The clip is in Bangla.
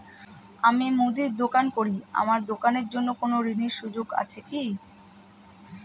আমি মুদির দোকান করি আমার দোকানের জন্য কোন ঋণের সুযোগ আছে কি?